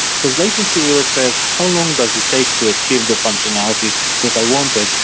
because latency really says, how long does it take to achieve the functionality that i wanted?